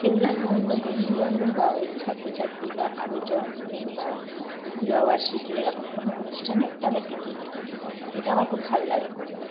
সেগুলো আমি অন্য বন্ধু বান্ধব বা ওই ছাত্র ছাত্রী বা কারোর জন্মদিন বা বিবাহ বার্ষিকী এরকম কোনো অনুষ্ঠানে তাদেরকে গিফট করি এটা আমার খুব ভাল লাগে করতে